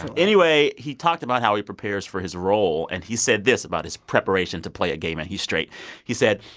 anyway, he talked about how he prepares for his role. and he said this about his preparation to play a gay man he's straight he said,